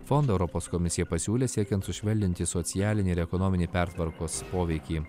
fondo europos komisija pasiūlė siekiant sušvelninti socialinį ir ekonominį pertvarkos poveikį